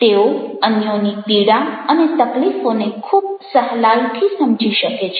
તેઓ અન્યોની પીડા અને તકલીફોને ખૂબ સહેલાઇથી સમજી શકે છે